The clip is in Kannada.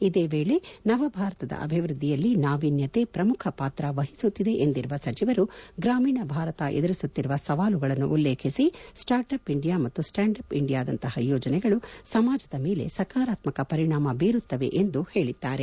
ಇದೇ ವೇಳೆ ನವ ಭಾರತದ ಅಭಿವ್ವದ್ದಿಯಲ್ಲಿ ನಾವೀನ್ಯತೆ ಪ್ರಮುಖ ಪಾತ್ರವಹಿಸುತ್ತಿದೆ ಎಂದಿರುವ ಸಚಿವರು ಗ್ರಾಮೀಣ ಭಾರತ ಎದುರಿಸುತ್ತಿರುವ ಸವಾಲುಗಳನ್ನು ಉಲ್ಲೇಖಿಸಿಸ್ಟಾರ್ಟ್ ಅಪ್ ಇಂಡಿಯಾ ಮತ್ತು ಸ್ಟಾಂಡ್ ಅಪ್ ಇಂಡಿಯಾದಂತಹ ಯೋಜನೆಗಳು ಸಮಾಜದ ಮೇಲೆ ಸಕಾರಾತ್ಮಕ ಪರಿಣಾಮ ಬೀರುತ್ತವೆ ಎಂದು ಹೇಳಿದ್ದಾರೆ